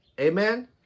Amen